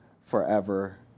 forever